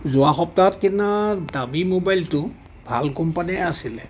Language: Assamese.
যোৱা সপ্তাহত কিনা দামী ম'বাইলটো ভাল কোম্পানীৰে আছিলে